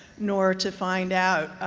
nor to find out